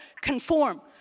conform